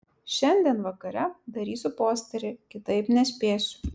šiandien vakare darysiu posterį kitaip nespėsiu